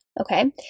okay